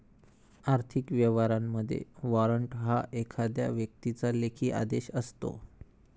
आर्थिक व्यवहारांमध्ये, वॉरंट हा एखाद्या व्यक्तीचा लेखी आदेश असतो